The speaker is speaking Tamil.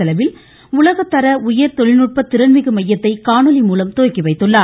செலவில் உலக தர உயர் தொழில்நுட்ப திறன்மிகு மையத்தை காணொலி மூலம் துவக்கிவைத்துள்ளார்